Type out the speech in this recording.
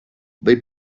they